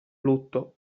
lutto